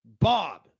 Bob